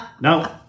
No